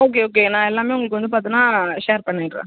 okay okay நான் எல்லாமே உங்களுக்கு வந்து பாத்தோன்னா ஷேர் பண்ணிடுறேன்